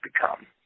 become